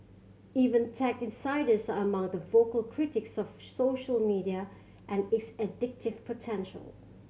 even tech insiders are among the vocal critics of social media and its addictive potential